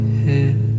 head